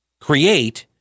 create